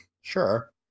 Sure